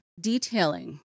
detailing